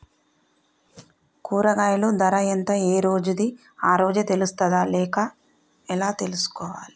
కూరగాయలు ధర ఎంత ఏ రోజుది ఆ రోజే తెలుస్తదా ఎలా తెలుసుకోవాలి?